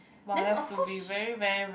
then of course